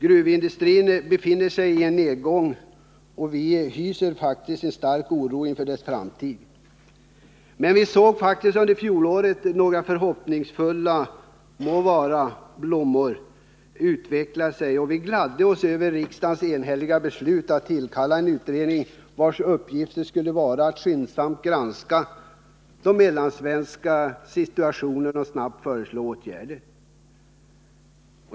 Gruvindustrin befinner sig i en nedgång, och vi hyser oro inför framtiden. Vi såg under fjolåret några förhoppningsfulla blommor utveckla sig, och vi gladde oss över riksdagens enhälliga beslut att tillkalla en utredning med uppgift att skyndsamt granska den mellansvenska situationen och snabbt föreslå åtgärder.